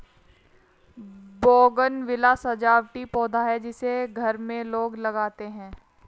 bougainvillea सजावटी पौधा है जिसे घर में लोग लगाते हैं